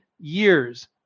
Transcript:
years